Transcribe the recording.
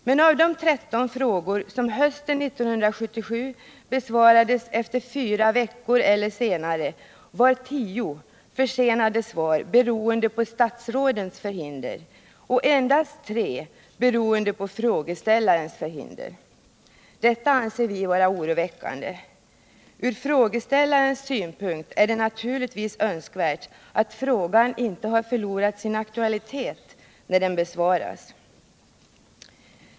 Men av de 13 frågor som hösten 1977 besvarades efter fyra veckor eller senare var 10 försenade svar beroende på statsrådens förhinder och endast 3 beroende på frågeställarens förhinder. Detta anser vi vara oroväckande. Från frågeställarens synpunkt är det naturligtvis önskvärt att frågan inte har förlorat sin aktualitet när den besvaras.